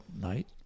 night